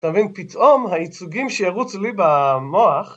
אתה מבין, פתאום הייצוגים שירוץ לי במוח...